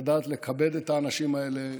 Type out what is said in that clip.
לדעת לכבד את האנשים האלה,